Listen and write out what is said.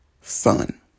fun